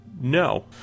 no